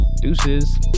Deuces